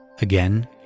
Again